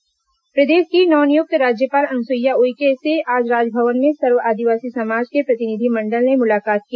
राज्यपाल मुलाकात प्रदेश की नव नियुक्त राज्यपाल अनुसुईया उइके से आज राजभवन में सर्व आदिवासी समाज के प्रतिनिधिमंडल ने मुलाकात की